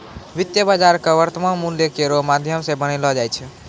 वित्तीय बाजार क वर्तमान मूल्य केरो माध्यम सें बनैलो जाय छै